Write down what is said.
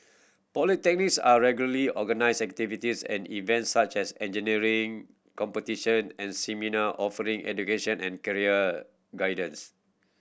polytechnics are regularly organise activities and events such as engineering competition and seminar offering education and career guidance